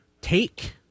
take